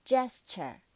Gesture